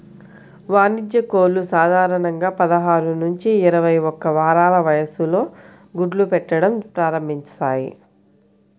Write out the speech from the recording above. వాణిజ్య కోళ్లు సాధారణంగా పదహారు నుంచి ఇరవై ఒక్క వారాల వయస్సులో గుడ్లు పెట్టడం ప్రారంభిస్తాయి